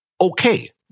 okay